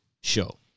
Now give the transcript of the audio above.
show